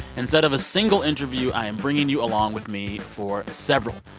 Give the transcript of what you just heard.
instead of a single interview, i am bringing you along with me for several.